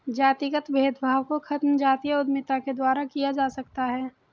जातिगत भेदभाव को खत्म जातीय उद्यमिता के द्वारा किया जा सकता है